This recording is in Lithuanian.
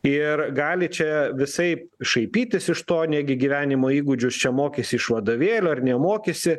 ir gali čia visaip šaipytis iš to negi gyvenimo įgūdžius čia mokysi iš vadovėlio ar nemokysi